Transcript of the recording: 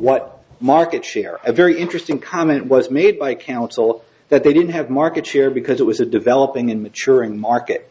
what market share a very interesting comment was made by counsel that they didn't have market share because it was a developing and maturing market